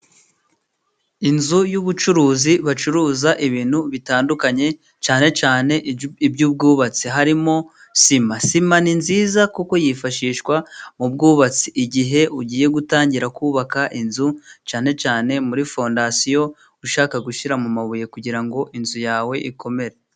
Inzu y'ubucuruzi bacuruza ibintu bitandukanye cyane cyane iby'ubwubatsi harimo sima. Sima ni nziza kuko yifashishwa mu bwubatsi igihe ugiye gutangira kubaka inzu cyane cyane muri fondasiyo ushaka gushyira mu mabuye kugira ngo inzu yawe ikomere.